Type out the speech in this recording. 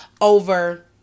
over